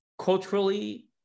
culturally